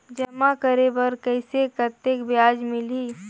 जमा करे बर कइसे कतेक ब्याज मिलही?